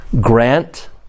Grant